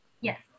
Yes